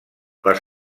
les